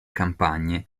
campagne